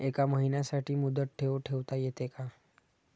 एका महिन्यासाठी मुदत ठेव ठेवता येते का?